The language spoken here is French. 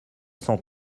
cent